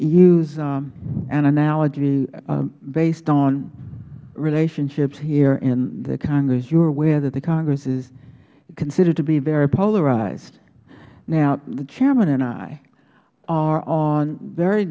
use an analogy based on relationships here in the congress you are aware that the congress is considered to be very polarized now the chairman and i are on very